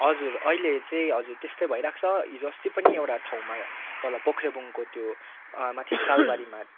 हजुर अहिले चाहिँ हजुर त्यस्तै भइरहेको छ हिजोअस्ति पनि एउटा ठाउँमा तल पोख्रेबुङको त्यो माथि सालबारीमा